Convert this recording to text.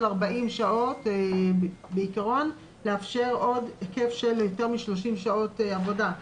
40 שעות בעיקרון לאפשר עוד היקף של יותר מ-30 שעות עבודה.